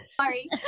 Sorry